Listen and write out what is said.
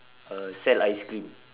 uh sell ice cream